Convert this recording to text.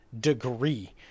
degree